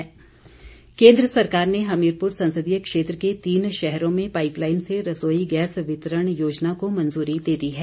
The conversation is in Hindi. सत्ती केन्द्र सरकार ने हमीरपुर संसदीय क्षेत्र के तीन शहरों में पाईपलाईन से रसोई गैस वितरण योजना को मंजूरी दे दी है